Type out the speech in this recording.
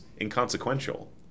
inconsequential